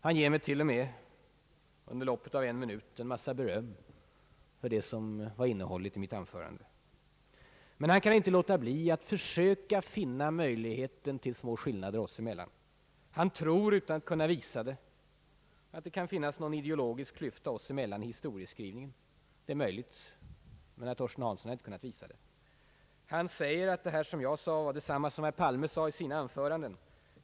Han ger mig till och med beröm för det som var innehållet i mitt anförande. Men han kan inte låta bli att försöka finna mer avlägsna möjligheter till skillnader oss emellan. Han tror, utan att kunna visa det, att det kan finnas någon ideologisk klyfta oss emellan i historieskrivningen. Det är möjligt, men herr Torsten Hansson har alltså inte kunnat visa det. Han säger att det som jag anförde var detsamma som herr Palme sade i sitt anförande.